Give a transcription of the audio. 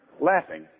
laughing